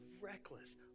reckless